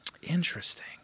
Interesting